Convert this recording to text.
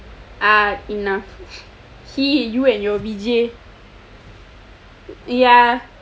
ah enough you and your vijay